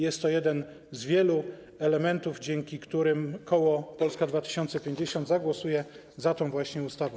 Jest to jeden z wielu elementów, dzięki którym koło Polska 2050 zagłosuje za tą ustawą.